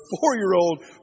four-year-old